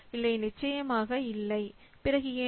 இல்லை நிச்சயமாக இல்லை பிறகு ஏன்